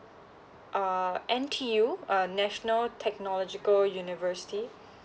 err N_T_U uh national technological university